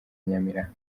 nyamirambo